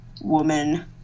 woman